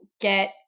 get